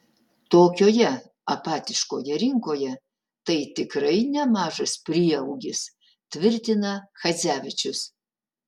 tokioje apatiškoje rinkoje tai tikrai nemažas prieaugis tvirtina chadzevičius